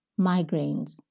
migraines